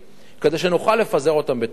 כדי שנוכל לפזר אותם בתמהיל,